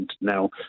now